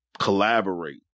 collaborate